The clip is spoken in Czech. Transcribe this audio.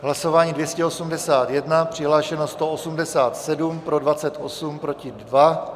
Hlasování 281, přihlášeno 187, pro 28, proti 2.